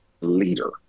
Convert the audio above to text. leader